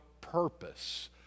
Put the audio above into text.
purpose